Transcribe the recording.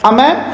Amen